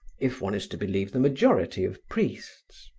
if one is to believe the majority of priests.